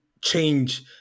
change